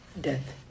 death